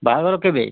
ବାହାଘର କେବେ